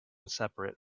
separate